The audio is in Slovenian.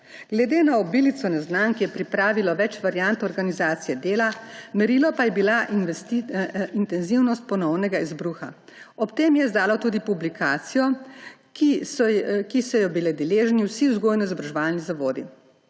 Glede na obilico neznank je pripravilo več variant organizacije dela, merilo pa je bila intenzivnost ponovnega izbruha. Ob tem je izdalo tudi publikacijo, ki so jo bili deležni vsi vzgojno-izobraževalni zavodi.